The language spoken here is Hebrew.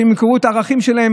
שהן ימכרו את הערכים שלהן,